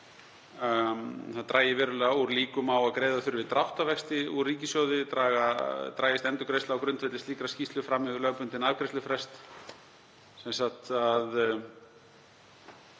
Það dragi verulega úr líkum á að greiða þurfi dráttarvexti úr ríkissjóði, dragist endurgreiðsla á grundvelli slíkrar skýrslu fram yfir lögbundinn afgreiðslufrest.